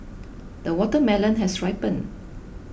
the watermelon has ripened